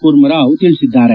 ಕೂರ್ಮಾರಾವ್ ತಿಳಿಸಿದ್ದಾರೆ